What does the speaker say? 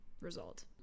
result